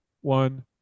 one